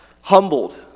humbled